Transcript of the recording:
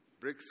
BRICS